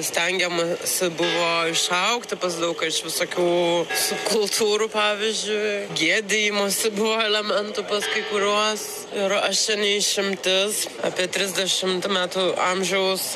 stengiamasi buvo išaugti pas daug ką iš visokių subkultūrų pavyzdžiui gėdijimosi buvo elementų pas kai kuriuos ir aš čia ne išimtis apie trisdešimt metų amžiaus